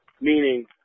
meaning